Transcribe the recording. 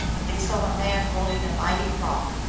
they saw a man rolling a mighty rock,